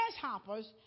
grasshoppers